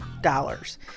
dollars